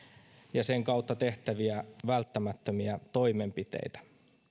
ja sen kautta tehtäviä välttämättömiä toimenpiteitä